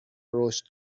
رشد